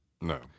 No